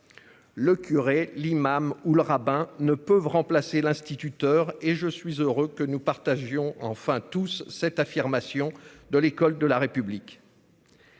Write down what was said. Le curé l'imam ou le rabbin ne peuvent remplacer l'instituteur et je suis heureux que nous partagions enfin tous cette affirmation de l'école de la République.